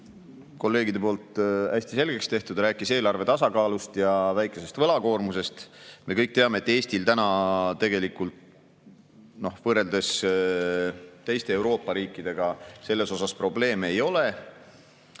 kolleegide poolt hästi selgeks tehtud – rääkis eelarve tasakaalust ja väikesest võlakoormusest. Me kõik teame, et Eestil tegelikult võrreldes teiste Euroopa riikidega täna selles osas probleeme ei ole.